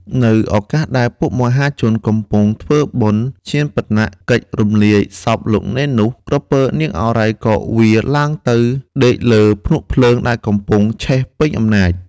នៅឱកាសដែលពួកមហាជន កំពុងធ្វើបុណ្យឈាបនកិច្ចរំលាយសពលោកនេននោះ, ក្រពើ នាងឱរ៉ៃ ក៏វារ ឡើងទៅដេកលើភ្នក់ភ្លើងដែលកំពុងឆេះពេញអំណាច ។